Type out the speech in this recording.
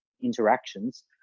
interactions